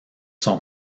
sont